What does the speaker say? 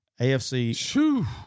AFC